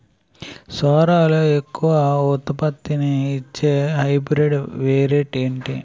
సోరలో ఎక్కువ ఉత్పత్తిని ఇచే హైబ్రిడ్ వెరైటీ ఏంటి?